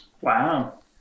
Wow